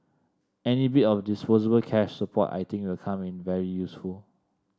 any bit of disposable cash support I think will come in very useful